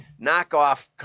knockoff